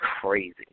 crazy